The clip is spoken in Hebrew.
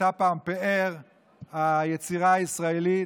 שהייתה פעם פאר היצירה הישראלית,